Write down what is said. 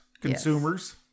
consumers